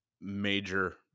major